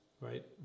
right